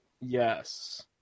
Yes